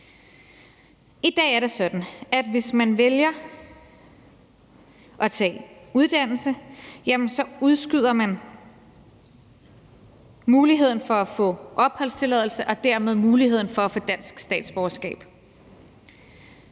I dag er det sådan, at hvis man vælger at tage en uddannelse, udskyder man muligheden for at få opholdstilladelse og dermed muligheden for at få dansk statsborgerskab.